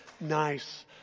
nice